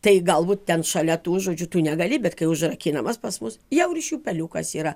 tai gal būt ten šalia tų žodžiu tu negali bet kai užrakinamas pas mus jau ir šiupeliukas yra